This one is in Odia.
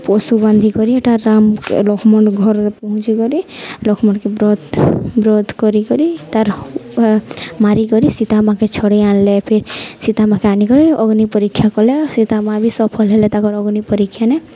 ପଶୁ ବାନ୍ଧିକରି ଏଟାର ରାମ ଲକ୍ଷ୍ମଣ ଘରରେ ପହଞ୍ଚିିକରି ଲକ୍ଷ୍ମଣକେ ବ୍ରତ ବ୍ରତ କରି କରି ତାର ମାରିିକରି ସୀତା ମାକେ ଛାଡ଼ି ଆଣିଲେ ଫିର୍ ସୀତା ମାକେ ଆନିକରି ଅଗ୍ନି ପରୀକ୍ଷା କଲେ ସୀତା ମାଆ ବି ସଫଲ ହେଲେ ତାଙ୍କର ଅଗ୍ନି ପରୀକ୍ଷାନେ